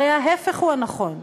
הרי ההפך הוא הנכון.